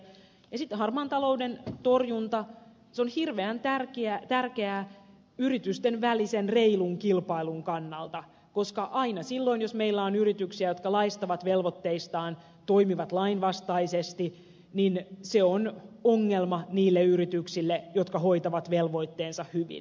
ja sitten harmaan talouden torjunta on hirveän tärkeää yritysten välisen reilun kilpailun kannalta koska aina silloin jos meillä on yrityksiä jotka laistavat velvoitteistaan toimivat lainvastaisesti se on ongelma niille yrityksille jotka hoitavat velvoitteensa hyvin